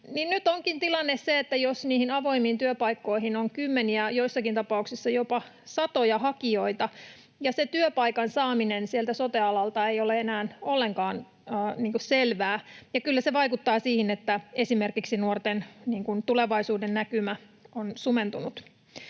onkin nyt se, että jos niihin avoimiin työpaikkoihin on kymmeniä, joissakin tapauksissa jopa satoja, hakijoita, niin se työpaikan saaminen sieltä sote-alalta ei ole enää ollenkaan selvää. Ja kyllä se vaikuttaa siihen, että esimerkiksi nuorten tulevaisuudennäkymä on sumentunut.